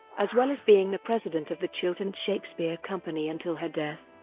as well as being the president of the chiltern shakespeare company until her death.